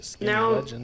Now